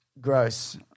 gross